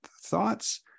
thoughts